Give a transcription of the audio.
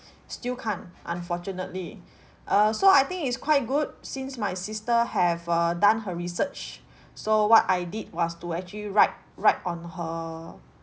still can't unfortunately uh so I think it's quite good since my sister have uh done her research so what I did was to actually ride ride on her